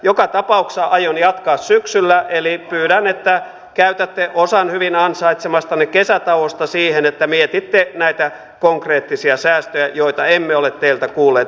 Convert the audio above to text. joka tapauksessa aion jatkaa syksyllä eli pyydän että käytätte osan hyvin ansaitsemastanne kesätauosta siihen että mietitte näitä konkreettisia säästöjä joita emme ole teiltä kuulleet